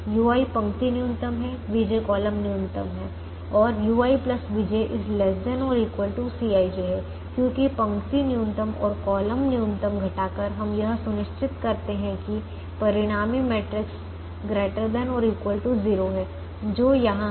ui पंक्ति न्यूनतम हैं vj कॉलम न्यूनतम हैं और uivj ≤ Cij है क्योंकि पंक्ति न्यूनतम और कॉलम न्यूनतम घटाकर हम यह सुनिश्चित करते हैं कि परिणामी मैट्रिक्स ≥ 0 है जो यहां है